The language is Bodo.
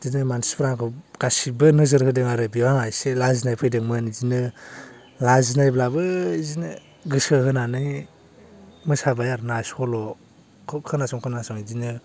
बिदिनो मानसिफ्रा आंखौ गासिबो नोजोर होदों आरो बेयाव आंहा इसे लाजिनाय फैदोंमोन बिदिनो लाजिनायब्लाबो बिदिनो गोसो होनानै मोसाबाय आरो ना सल'खौ खोनासं खोनासं बिदिनो